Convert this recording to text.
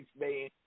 man